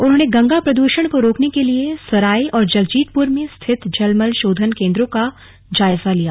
उन्होंने गंगा प्रदूषण को रोकने के लिए सराय और जगजीत पुर में स्थित जल मल शोधन केंद्रों का जायजा लिया